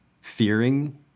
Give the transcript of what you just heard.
fearing